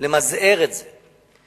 למזער את זה.